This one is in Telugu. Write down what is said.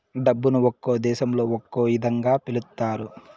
డబ్బును ఒక్కో దేశంలో ఒక్కో ఇదంగా పిలుత్తారు